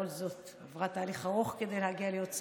בכל זאת היא עברה תהליך ארוך כדי להגיע ולהיות שרה,